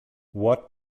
what